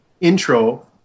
intro